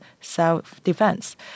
self-defense